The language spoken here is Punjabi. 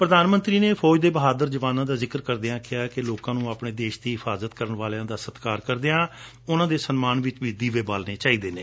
ਪ੍ਰਧਾਨ ਮੰਤਰੀ ਨੇ ਫੋਜ ਦੇ ਬਹਾਦਰ ਜਵਾਨਾਂ ਦਾ ਜਿਕਰ ਕਰਦਿਆਂ ਕਿਹਾ ਕਿ ਲੋਕਾਂ ਨੂੰ ਆਪਣੇ ਦੇਸ਼ ਦੀ ਹਿਫਾਜਤ ਕਰਣ ਵਾਲਿਆਂ ਦਾ ਸਤਕਾਰ ਕਰਦਿਆਂ ਉਨੂਾਂ ਦੇ ਸਨਮਾਨ ਵਿਚ ਵੀ ਦੀਵੇ ਬਾਲਣੇ ਚਾਹੀਦੇ ਨੇ